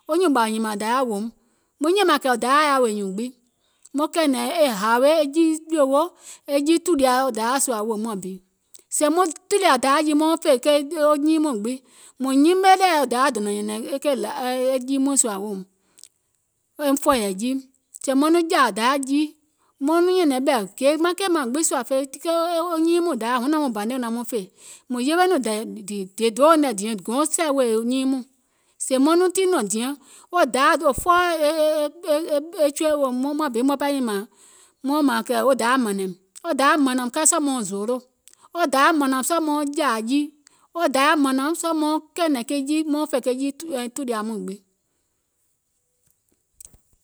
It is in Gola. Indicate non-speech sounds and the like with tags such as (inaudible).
Wo nyùùŋ ɓɔ̀ nyìmȧŋ dayȧ wòoum, muŋ nyìmȧŋ kɛ̀ dayȧ yaȧ wèè nyùùŋ gbiŋ, maŋ kɛ̀ɛ̀nɛ̀ŋ e hȧȧwe e jii jòòwo e jii tùlia wo dayȧ sùȧ wèè muȧŋ bi, sèè maŋ tùlìȧ dayȧ jii mauŋ fè e nyiiŋ mɔɔ̀ŋ gbiŋ mùŋ nyime ɗeweɛ̀ dayȧ dònȧŋ nyɛ̀nɛ̀ŋ e jii mɔɛ̀ŋ sùȧ weèum eum fɔ̀ɔ̀yɛ̀ jii sèè maŋ nɔŋ jȧȧ dayȧ jii (unintelligible) mùŋ yewe nɔŋ dìì dè deèuŋ nɛ̀ diɛŋ gè dayȧ sɛ̀ wèè nyiiŋ mɔɔ̀ŋ, sèè maŋ nɔŋ tiiŋ nɔ̀ŋ diɛŋ wo dayȧ (hesitation) wo dayȧ mȧnȧùm kɛɛ sɔɔ̀ mauŋ zoolò, wo dayȧ mȧnȧùm kɛɛ sɔɔ̀ mauŋ jȧȧ jii, wo dayȧ mȧnȧùm kɛɛ sɔɔ̀ mauŋ fè ke jii tùlia mɔɛ̀ŋ gbiŋ,